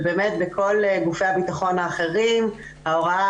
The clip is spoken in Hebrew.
כשבאמת בכל גופי הביטחון האחרים ההוראה